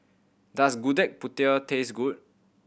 does Gudeg Putih taste good